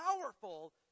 powerful